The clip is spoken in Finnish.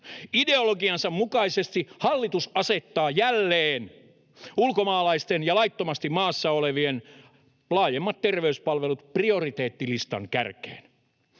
Ideologiansa mukaisesti hallitus asettaa jälleen ulkomaalaisten ja laittomasti maassa olevien laajemmat terveyspalvelut prioriteettilistan kärkeen.